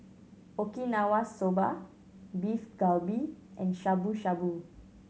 Okinawa Soba Beef Galbi and Shabu Shabu